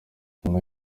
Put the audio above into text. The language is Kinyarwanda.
nyuma